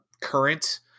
current